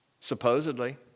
supposedly